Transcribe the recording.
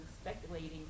speculating